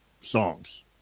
songs